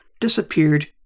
disappeared